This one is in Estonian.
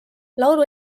laulu